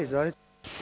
Izvolite.